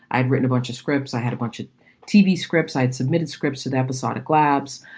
i'd written a bunch of scripts. i had a bunch of tv scripts. i'd submitted scripts to the episodic labs,